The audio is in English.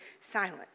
silent